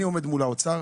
אני עומד מול האוצר